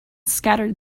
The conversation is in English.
scattered